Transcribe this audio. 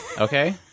Okay